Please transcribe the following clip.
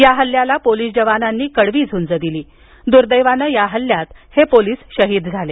या हल्ल्याला पोलीस जवानांनी कडवी झुंज दिली दुदेंवानं या हल्ल्यात हे पोलीस शहीद झाले